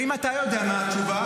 אני --- ואם אתה יודע מה התשובה,